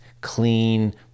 clean